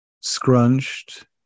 scrunched